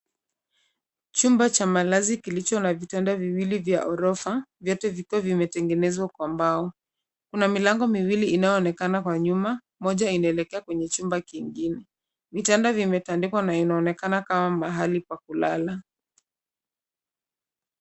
Chumba cha malazi kilicho na vitanda viwili vya ghorofa vyote vikiwa vimetengenezwa kwa mbao. Kuna milango miwili inayoonekana kwa nyuma, moja inaelekea kwenye chumba kingine. Vitanda vimetandikwa na inaonekana kama mahali pa kulala.